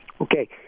Okay